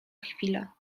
chwila